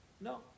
no